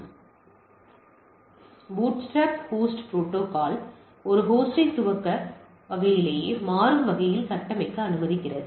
எனவே bootstrap host ஒரு ஹோஸ்டை துவக்க வகையிலேயே மாறும் வகையில் கட்டமைக்க அனுமதிக்கிறது